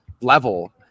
level